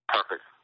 Perfect